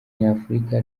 nyafurika